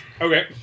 Okay